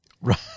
Right